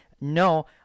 no